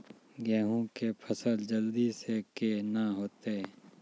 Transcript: गेहूँ के फसल जल्दी से के ना होते?